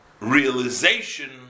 realization